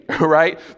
right